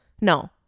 no